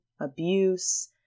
abuse